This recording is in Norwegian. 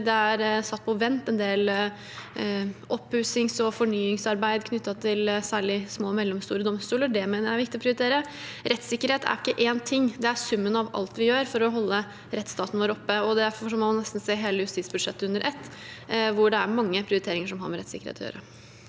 det er satt på vent en del oppussings- og fornyingsarbeid knyttet til særlig små og mellomstore domstoler, som jeg mener er viktig å prioritere. Rettssikkerhet er ikke én ting. Det er summen av alt vi gjør for å holde rettsstaten vår oppe. Derfor må man se hele justisbudsjettet under ett, og der er det mange prioriteringer som har med rettssikkerhet å gjøre.